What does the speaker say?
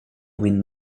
min